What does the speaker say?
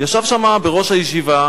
ישב שם בראש הישיבה